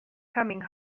coming